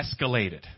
escalated